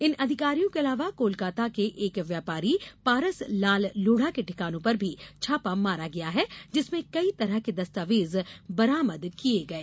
इन अधिकारियों के अलावा कोलकाता के एक व्यापारी पारसलाल लोढ़ा के ठिकानों पर भी छापा मारा गया है जिसमें कई तरह के दस्तावेज बरामद किये गये